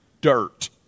dirt